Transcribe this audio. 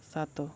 ସାତ